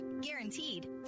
guaranteed